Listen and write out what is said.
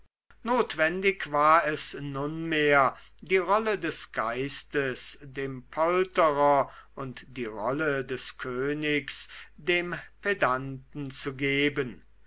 notwendig war es nunmehr die rolle des geistes dem polterer und die rolle des königs dem pedanten zu geben